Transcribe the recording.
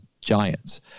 giants